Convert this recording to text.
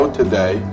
today